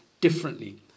differently